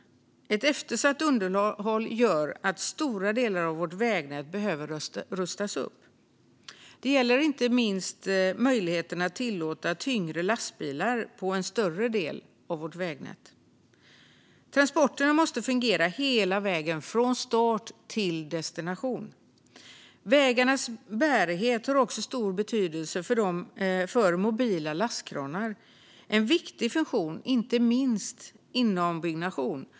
Ett eftersatt underhåll gör att stora delar av vårt vägnät behöver rustas upp. Det gäller inte minst möjligheten att tillåta tyngre lastbilar på en större del av vårt vägnät. Transporterna måste fungera hela vägen från start till destination. Vägarnas bärighet har också stor betydelse för mobila lastkranar, en viktig funktion inte minst inom byggnation.